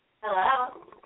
Hello